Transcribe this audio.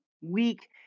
week